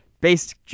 Based